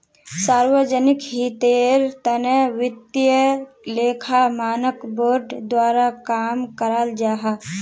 सार्वजनिक हीतेर तने वित्तिय लेखा मानक बोर्ड द्वारा काम कराल जाहा